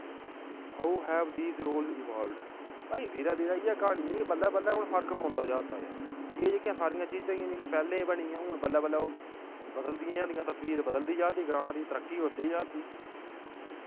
how have these role evolved भाई धीरे धीरे इ'यै क्हानी ऐ कि बल्लै बल्लै हून फर्क पौंदा जा दा ऐ एह् जेह्कियां सारियां चीजां इ'यां जि'यां पैह्ले बनी दियां हून बल्लै बल्लै ओह् बदलदियां जा दियां तस्वीर बदलदी जा दी ग्रांऽ दी तरक्की होंदी जा दी